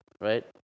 right